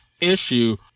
issue